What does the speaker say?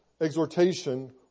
exhortation